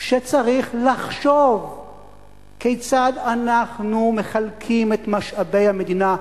שצריך לחשוב כיצד אנחנו מחלקים את משאבי המדינה,